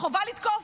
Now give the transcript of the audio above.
וחובה לתקוף,